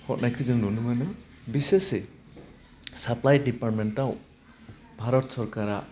हरनायखौ जों नुनो मोनो बिसोसै साप्लाइ डिपार्टमेन्टाव भारत सरकारा